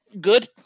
Good